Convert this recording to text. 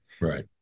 Right